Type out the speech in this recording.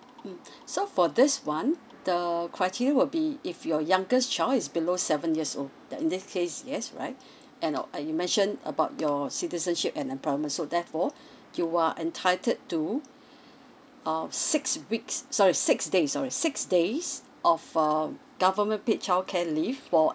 mm so for this [one] the criteria will be if your youngest child is below seven years old then in this case yes right and now and you mentioned about your citizenship and the so therefore you are entitled to uh six weeks sorry six days sorry six days of uh government paid childcare leave for